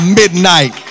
midnight